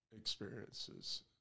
experiences